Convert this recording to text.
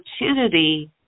opportunity